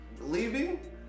leaving